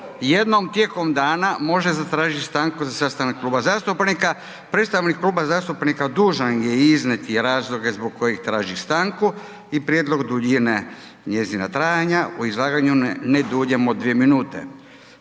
jednom tijekom dana može zatražiti stanku za sastanak kluba zastupnika. Predstavnik kluba zastupnika dužan je iznijeti razloge zbog kojeg traži stanku i prijedlog duljine njezina trajanja u izlaganju ne duljem od 2 minute.